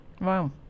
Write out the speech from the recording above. Wow